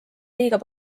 liiga